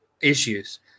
issues